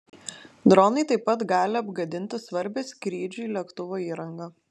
dronai taip pat gali apgadinti svarbią skrydžiui lėktuvo įrangą